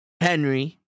Henry